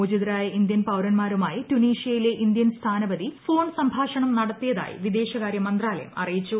മോചിതരായ Indian പൌരന്മാരുമായി ടുണീഷ്യയിലെ Indian phone സംഭാഷണം നടത്തിയതായി സ്ഥാനപതി വിദേശകാര്യമന്ത്രാലയം അറിയിച്ചു